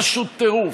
פשוט טירוף.